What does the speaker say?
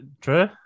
True